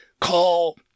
call